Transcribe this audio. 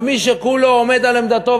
ומי שכולו עומד על עמדתו,